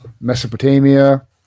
Mesopotamia